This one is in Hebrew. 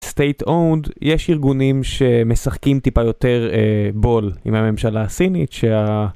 סטייט אונד יש ארגונים שמשחקים טיפה יותר בול עם הממשלה הסינית שה...